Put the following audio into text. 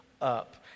up